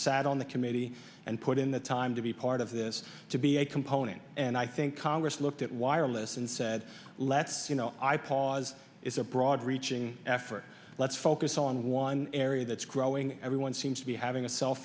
sat on the committee and put in the time to be part of this to be a component and i think congress looked at wireless and said let's you know i pause it's a broad reaching effort let's focus on one area that's growing everyone seems to be having a cell